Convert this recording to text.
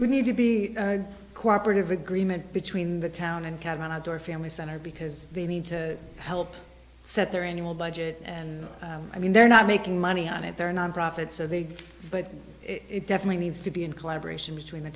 we need to be cooperative agreement between the town and cabinet or family center because they need to help set their annual budget and i mean they're not making money on it they're nonprofit so they but it definitely needs to be in collaboration between the